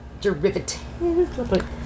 Derivative